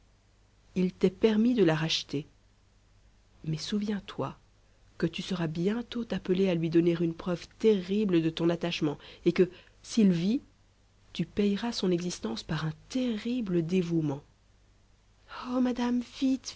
il t'est permis de la racheter mais souviens-toi que tu seras bientôt appelée à lui donner une preuve terrible de ton attachement et que s'il vit tu payeras son existence par un terrible dévouement oh madame